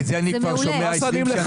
זה מעולה --- את זה אני כבר שומע 20 שנה.